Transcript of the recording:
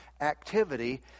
activity